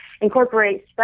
incorporate